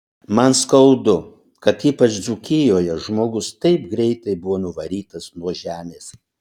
man skaudu kad ypač dzūkijoje žmogus taip greitai buvo nuvarytas nuo žemės